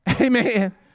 Amen